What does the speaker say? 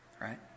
Right